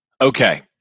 Okay